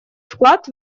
вклад